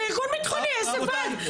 זה ארגון ביטחוני, איזה ועד?